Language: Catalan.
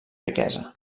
riquesa